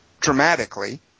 dramatically